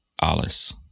alice